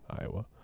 Iowa